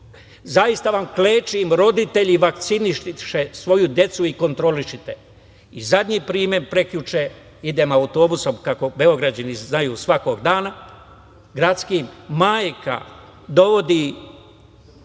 zaista vam klečim, roditelji, vakcinišite svoju decu i kontrolišite. Zadnji primer, prekjuče idem autobusom, kako Beograđani znaju svakog dana, gradskim, majka dovodi